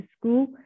school